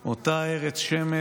/ אותה ארץ-שמש,